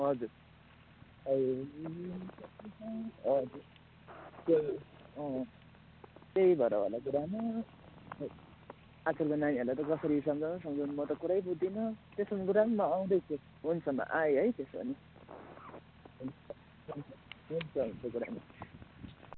हजुर ए हजुर त्यही त्यही भएर होला गुरुआमा खोइ आजकलको नानीहरूलाई त कसरी सम्झाउनु सम्झाउनु म त कुरै बुझ्दिनँ त्यसो भने गुरुआमा म आउँदैछु हुन्छ म आएँ है त्यसो भने हुन्छ हुन्छ हुन्छ हुन्छ गुरुआमा